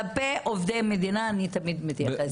כלפי עובדי מדינה, אני מתייחסת בכבוד.